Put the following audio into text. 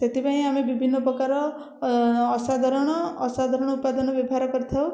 ସେଥିପାଇଁ ଆମେ ବିଭିନ୍ନ ପ୍ରକାର ଅସାଧାରଣ ଅସାଧାରଣ ଉପାଦାନ ବ୍ୟବହାର କରିଥାଉ